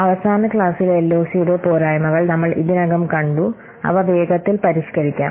അവസാന ക്ലാസിലെ എൽഒസിയുടെ പോരായ്മകൾ നമ്മൾ ഇതിനകം കണ്ടു അവ വേഗത്തിൽ പരിഷ്കരിക്കാം